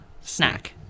snack